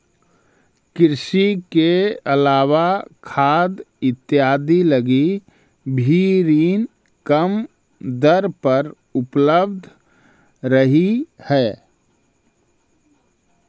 कृषि के अलावा खाद इत्यादि लगी भी ऋण कम दर पर उपलब्ध रहऽ हइ